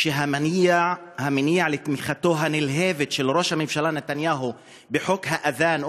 שהמניע לתמיכתו הנלהבת של ראש הממשלה נתניהו בחוק האד'אן,